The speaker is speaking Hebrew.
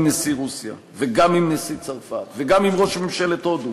נשיא רוסיה וגם עם נשיא צרפת וגם עם ראש ממשלת הודו